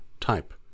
type